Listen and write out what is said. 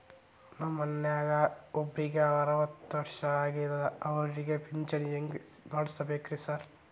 ನಮ್ ಮನ್ಯಾಗ ಒಬ್ರಿಗೆ ಅರವತ್ತ ವರ್ಷ ಆಗ್ಯಾದ ಅವ್ರಿಗೆ ಪಿಂಚಿಣಿ ಹೆಂಗ್ ಮಾಡ್ಸಬೇಕ್ರಿ ಸಾರ್?